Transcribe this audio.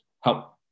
help